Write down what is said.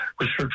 research